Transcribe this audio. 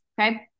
okay